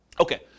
Okay